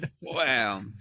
Wow